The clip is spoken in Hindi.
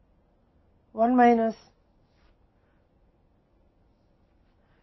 यही हमारे पास है